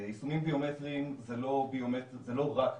יישומים ביומטריים זה לא רק ביומטריה,